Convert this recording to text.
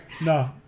No